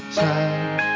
time